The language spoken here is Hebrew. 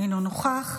אינו נוכח,